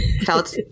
felt